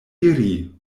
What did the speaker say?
iri